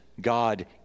God